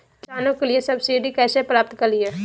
किसानों के लिए सब्सिडी कैसे प्राप्त करिये?